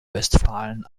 westfalen